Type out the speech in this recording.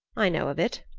i know of it,